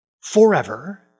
forever